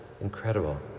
Incredible